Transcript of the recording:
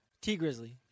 T-Grizzly